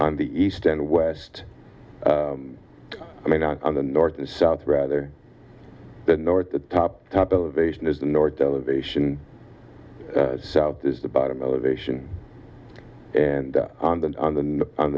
on the east and west i mean not on the north the south rather the north the top top elevation is the north elevation south is the bottom elevation and on the on the on